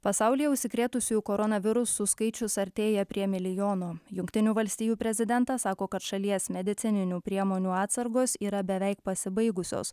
pasaulyje užsikrėtusiųjų koronavirusu skaičius artėja prie milijono jungtinių valstijų prezidentas sako kad šalies medicininių priemonių atsargos yra beveik pasibaigusios